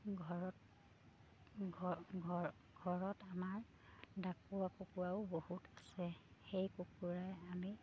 ঘৰত ঘৰ ঘৰত আমাৰ ডাকুৱা কুকুৰাও বহুত আছে সেই কুকুৰাই আমি